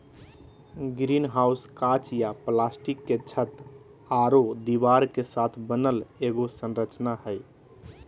greenhouse काँच या plastic के छत आरो दीवार के साथ बनल एगो संरचना हइ